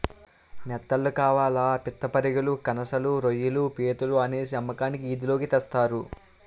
నెత్తళ్లు కవాళ్ళు పిత్తపరిగెలు కనసలు రోయ్యిలు పీతలు అనేసి అమ్మకానికి ఈది లోకి తెస్తారు